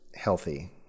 healthy